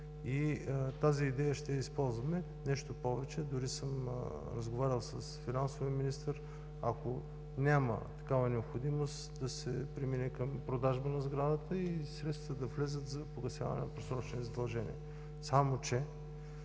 и ще използваме идеята. Нещо повече, разговарял съм с финансовия министър – ако няма такава необходимост, да се премине към продажба на сградата и средствата да влязат за погасяване на просрочени задължения. Само че,